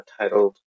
titled